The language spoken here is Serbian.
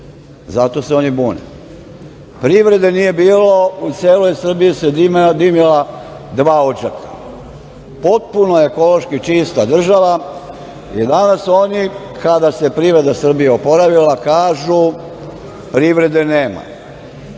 Zato se oni bune. Privrede nije bilo. U celoj Srbiji se dimila dva odžaka. Potpuno ekološki čista država i danas oni, kada se privreda Srbije oporavila, kažu – privrede nema.